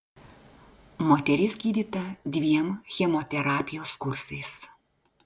moteris gydyta dviem chemoterapijos kursais